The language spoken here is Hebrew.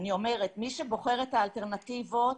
מי שבוחר את האלטרנטיבות